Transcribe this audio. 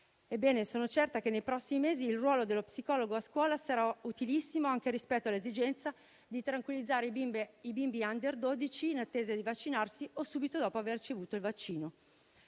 Ebbene, sono certa che nei prossimi mesi il ruolo dello psicologo a scuola sarà utilissimo anche rispetto all'esigenza di tranquillizzare i bimbi *under* 12 in attesa di vaccinarsi o subito dopo aver ricevuto il vaccino.